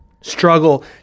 Struggle